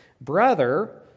brother